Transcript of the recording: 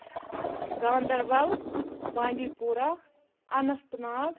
Ganderbal Bandipora اَنَت Nag